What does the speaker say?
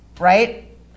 right